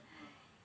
!hais!